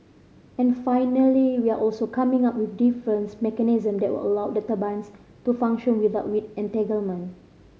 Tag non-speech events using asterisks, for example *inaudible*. and finally we're also coming up with different *unintelligible* mechanism that will allow the turbines to function without weed entanglement